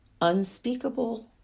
unspeakable